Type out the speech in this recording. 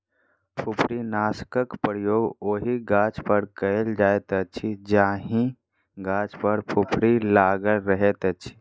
फुफरीनाशकक प्रयोग ओहि गाछपर कयल जाइत अछि जाहि गाछ पर फुफरी लागल रहैत अछि